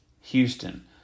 Houston